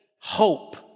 hope